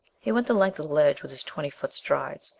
he went the length of the ledge with his twenty foot strides,